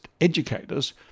educators